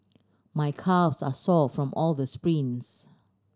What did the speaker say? my calves are sore from all the sprints